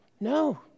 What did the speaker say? No